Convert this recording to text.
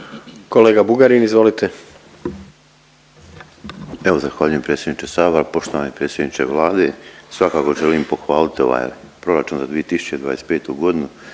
**Bugarin, Ivan (HDZ)** Evo zahvaljujem predsjedniče sabora. Poštovani predsjedniče Vlade svakako želim pohvalit ovaj proračun za 2025. godinu